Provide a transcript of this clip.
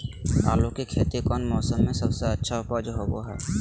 आलू की खेती कौन मौसम में सबसे अच्छा उपज होबो हय?